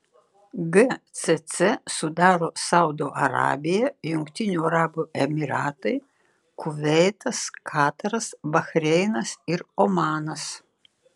gcc sudaro saudo arabija jungtinių arabų emyratai kuveitas kataras bahreinas ir omanas